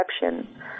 perception